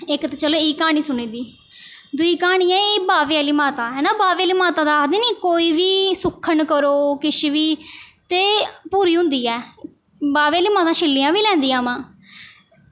इक ते चलो एह् क्हानी सुनी दी दूई क्हानी ऐ एह् बाह्वे आह्ली माता है ना बाह्वे आह्ली माता दा आखदे नी कोई बी सुक्खन करो किश बी ते पूरी होंदी ऐ बाह्वे आह्ली माता छिल्लियां बी लैंदी ऐ मां